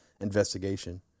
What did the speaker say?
investigation